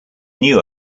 knew